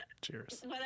Cheers